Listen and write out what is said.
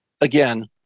again